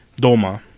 Doma